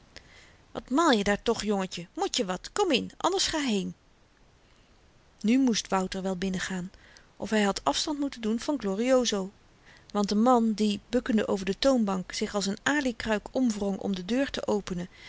wat maalje daar toch jongetje motje wat kom in anders ga heen nu moest wouter wel binnengaan of hy had afstand moeten doen van glorioso want de man die bukkende over de toonbank zich als n alikruik omwrong om de deur te openen